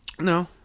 No